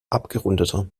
abgerundeter